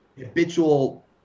habitual